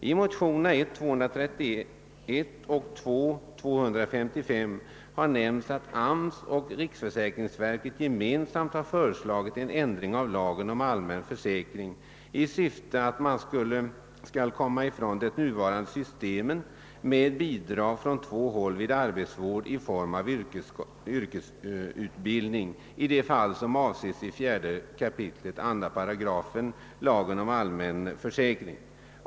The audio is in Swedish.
I motionerna I: 231 och I11:255 har nämnts att AMS och riksförsäkringsverket gemensamt har föreslagit en ändring av lagen om allmän försäkring i syfte att man skall komma ifrån det nuvarande systemet med bidrag från två håll vid arbetsvård i form av yrkesutbildning i de fall som avses i 4 kap. 2 § lagen om allmän försäkring.